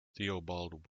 theobald